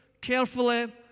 carefully